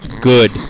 Good